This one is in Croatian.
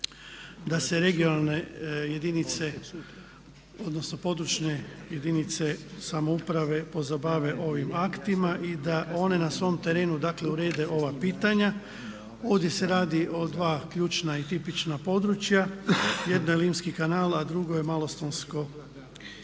da se regionalne jedinice odnosno područne jedinice samouprave pozabave ovim aktima i da one na svom terenu dakle urede ova pitanja. Ovdje se radi o dva ključna i tipična područja. Jedno je Limski kanal, a drugo je Malostonski zaljev